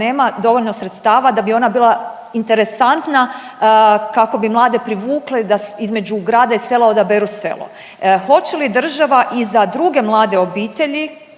nema dovoljno sredstava da bi ona bila interesantna kako bi mlade privukli da između grada i sela odaberu selo. Hoće li država i za druge mlade obitelji